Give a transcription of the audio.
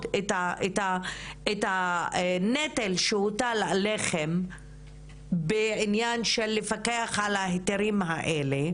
את הנטל שהוטל עליכם בעניין של לפקח על ההיתרים האלה,